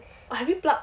have you plug